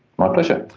my pleasure.